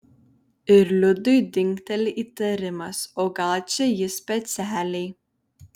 ir liudui dingteli įtarimas o gal čia jis specialiai